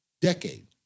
decade